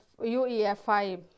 UEFI